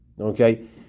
okay